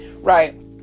right